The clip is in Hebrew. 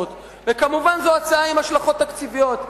כמובן, זאת הצעה עם השלכות תקציביות.